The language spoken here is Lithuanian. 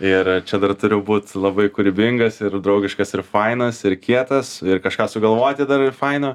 ir čia dar turiu būt labai kūrybingas ir draugiškas ir fainas ir kietas ir kažką sugalvoti dar ir faina